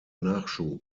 nachschub